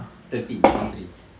thirteen one three